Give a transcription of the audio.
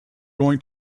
going